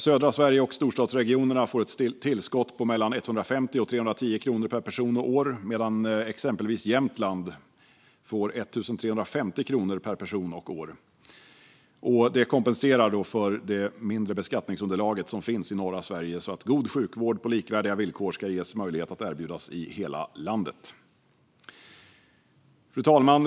Södra Sverige och storstadsregionerna får ett tillskott på mellan 150 och 310 kronor per person och år medan exempelvis Jämtland får 1 350 kronor per person och år. Det kompenserar för det mindre beskattningsunderlaget i norra Sverige och gör det möjligt att erbjuda god sjukvård på likvärdiga villkor i hela landet. Fru talman!